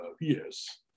yes